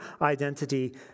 identity